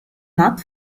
not